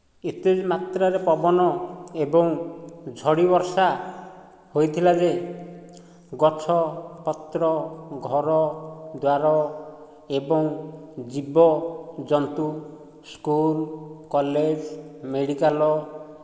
ଏତେ ମାତ୍ରାରେ ପବନ ଏବଂ ଝଡ଼ି ବର୍ଷା ହୋଇଥିଲା ଯେ ଗଛପତ୍ର ଘରଦ୍ଵାର ଏବଂ ଜୀବଜନ୍ତୁ ସ୍କୁଲ କଲେଜ ମେଡ଼ିକାଲ